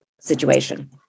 situation